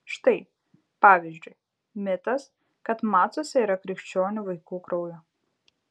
štai pavyzdžiui mitas kad macuose yra krikščionių vaikų kraujo